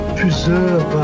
preserve